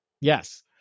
Yes